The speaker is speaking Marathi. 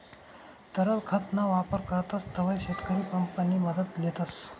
तरल खत ना वापर करतस तव्हय शेतकरी पंप नि मदत लेतस